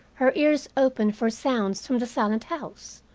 her ears open for sounds from the silent house?